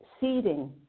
seeding